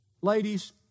Ladies